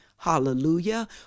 hallelujah